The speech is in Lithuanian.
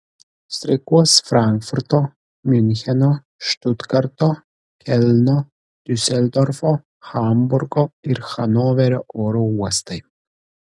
streikuos frankfurto miuncheno štutgarto kelno diuseldorfo hamburgo ir hanoverio oro uostai